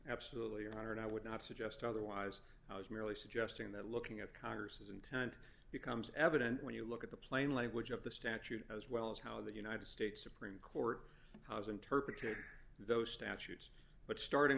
absolutely one hundred i would not suggest otherwise i was merely suggesting that looking at congress's intent becomes evident when you look at the plain language of the statute as well as how the united states supreme court house interpreted those statutes but starting